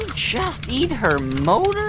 just eat her motor.